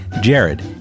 Jared